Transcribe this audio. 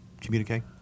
communicate